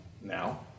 now